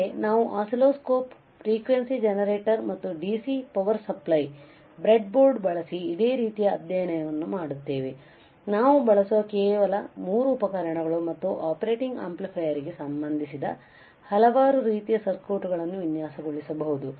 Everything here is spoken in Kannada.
ಆದರೆ ನಾವು ಆಸಿಲ್ಲೋಸ್ಕೋಪ್ ಫ್ರೀಕ್ವೆನ್ಸಿ ಜನರೇಟರ್ ಮತ್ತು ಡಿಸಿ ಪವರ್ ಸಪ್ಲೈ ಬ್ರೆಡ್ಬೋರ್ಡ್ ಬಳಸಿ ಇದೇ ರೀತಿಯ ಅಧ್ಯಯನವನ್ನು ಮಾಡುತ್ತೇವೆ ನಾವು ಬಳಸುವ ಕೇವಲ ಮೂರು ಉಪಕರಣಗಳು ಮತ್ತು ಆಪರೇಟಿಂಗ್ ಆಂಪ್ಲಿಫೈಯರ್ಗೆ ಸಂಬಂಧಿಸಿದ ಹಲವಾರು ರೀತಿಯ ಸರ್ಕ್ಯೂಟ್ಗಳನ್ನು ವಿನ್ಯಾಸಗೊಳಿಸಬಹುದು